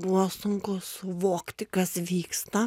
buvo sunku suvokti kas vyksta